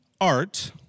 art